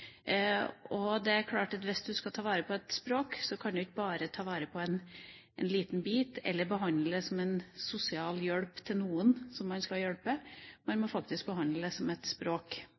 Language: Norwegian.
Og det er klart at hvis man skal ta vare på et språk, kan man ikke bare ta vare på en liten bit eller behandle det som en sosial hjelp til noen som trenger det. Man må faktisk behandle det som et språk.